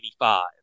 1985